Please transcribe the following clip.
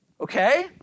okay